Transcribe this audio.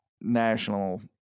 national